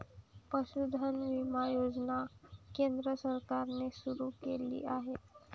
पशुधन विमा योजना केंद्र सरकारने सुरू केली होती